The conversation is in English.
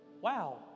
Wow